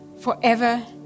forever